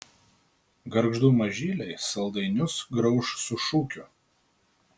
gargždų mažyliai saldainius grauš su šūkiu